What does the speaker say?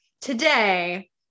today